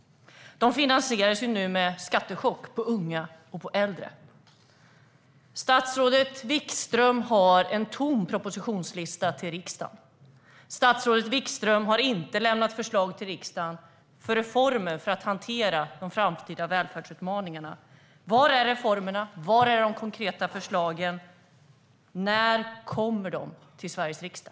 De finansieras nu med en skattechock på unga och äldre. Statsrådet Wikström har en tom propositionslista till riksdagen. Statsrådet Wikström har inte lämnat förslag till riksdagen på reformer för att hantera de framtida välfärdsutmaningarna. Var är reformerna? Var är de konkreta förslagen? När kommer de till Sveriges riksdag?